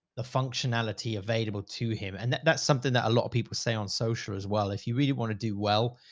the functionality available to him and that that's something that a lot of people say on social as well. if you really want to do well,